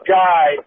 guy